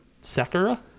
Sakura